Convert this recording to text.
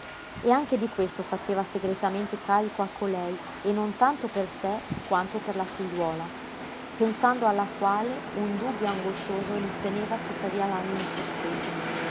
e anche di questo faceva segretamente carico a colei e non tanto per sé quanto per la figliuola pensando alla quale un dubbio angoscioso gli teneva tuttavia l'animo sospeso